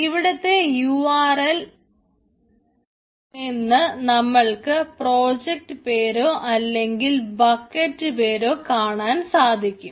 ഇവിടുത്തെ യുആർഎൽ ഇൽ നിന്ന് നമ്മൾക്ക് പ്രൊജക്റ്റ് പേരോ അല്ലെങ്കിൽ ബക്കറ്റ് പേരോ കാണാൻ സാധിക്കും